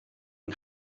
yng